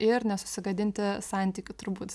ir nesusigadinti santykių turbūt